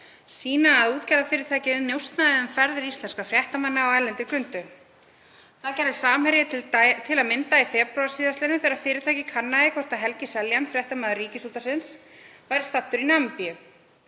sýna að útgerðarfyrirtækið njósnaði um ferðir íslenskra fréttamanna á erlendri grundu. Það gerði Samherji til að mynda í febrúar síðastliðnum þegar fyrirtækið kannaði hvort Helgi Seljan, fréttamaður Ríkisútvarpsins, væri staddur í Namibíu.